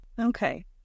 Okay